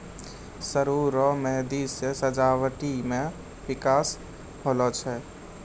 सरु रो मेंहदी से सजावटी मे बिकास होलो छै